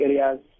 areas